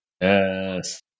yes